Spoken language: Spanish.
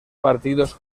partidos